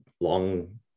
long